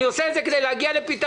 אני עושה את זה כדי להגיע לפתרון.